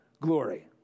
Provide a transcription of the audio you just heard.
glory